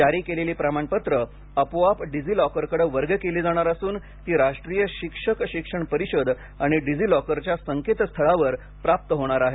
जारी केलेली प्रमाणपत्रे आपोआप डिजीलॉकरकडे वर्ग केली जाणार असून ती राष्ट्रीय शिक्षक शिक्षण परिषद आणि डिजीलॉकरच्या संकेतस्थळावर प्राप्त होणार आहेत